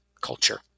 culture